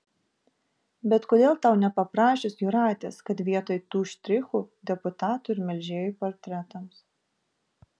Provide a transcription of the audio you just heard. bet kodėl tau nepaprašius jūratės kad vietoj tų štrichų deputatų ir melžėjų portretams